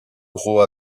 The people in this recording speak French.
gros